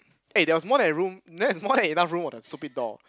eh there was more than room there is more than enough room for the stupid door